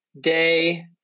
day